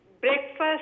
breakfast